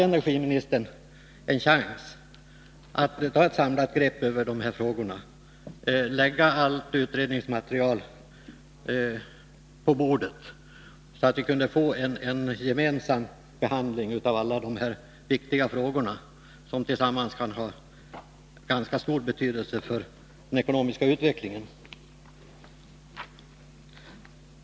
Energiministern hade en chans att ta ett samlat grepp över de här frågorna och lägga allt utredningsmaterial på bordet, så att vi kunde få en gemensam behandling av alla de viktiga problem som tillsammans kan ha ganska stor betydelse för den ekonomiska utvecklingen.